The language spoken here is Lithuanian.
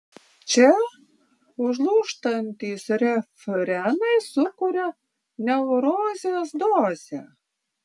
čia užlūžtantys refrenai sukuria neurozės dozę